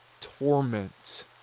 torment